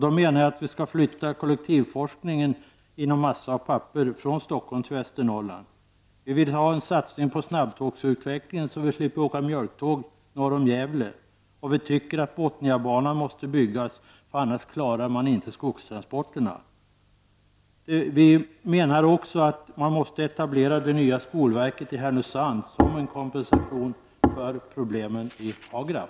Då menar jag att kollektivforskningen inom massa och papper skall flyttas från Stockholm till Vi vill ha en satsning på snabbtågsutveckling, så att vi slipper åka mjölktåg norr om Gävle, och vi tycker att Botniabanan måste byggas, för annars klarar man inte skogstransporterna. Vi menar också att man måste etablera det nya skolverket i Härnösand som en kompensation för problemen vid Hagraf.